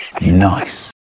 Nice